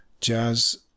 jazz